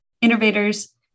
innovators